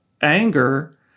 anger